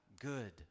good